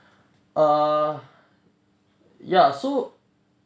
err ya so